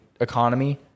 economy